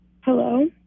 Hello